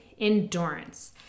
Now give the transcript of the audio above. endurance